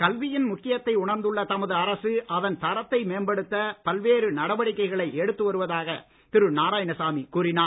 கல்வியின் முக்கியத்தை உணர்ந்துள்ள தமது அரசு அதன் தரத்தை மேம்படுத் பல்வேறு நடவடிக்கைகளை எடுத்து வருவதாக திரு நாராயணசாமி கூறினார்